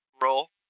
roll